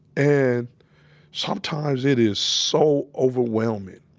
and sometimes, it is so overwhelming